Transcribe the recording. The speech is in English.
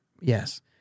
Yes